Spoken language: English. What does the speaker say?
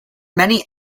many